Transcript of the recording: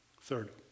Third